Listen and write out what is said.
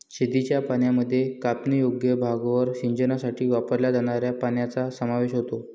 शेतीच्या पाण्यामध्ये कापणीयोग्य भागावर सिंचनासाठी वापरल्या जाणाऱ्या पाण्याचा समावेश होतो